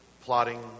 plotting